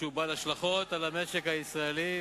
שהוא בעל השלכות על המשק הישראלי,